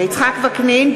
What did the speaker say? יצחק וקנין,